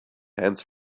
hands